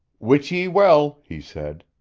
wit ye well, he said,